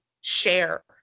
share